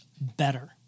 better